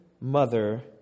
mother